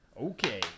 Okay